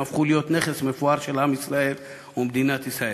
והפכו להיות נכס מפואר של עם ישראל ומדינת ישראל.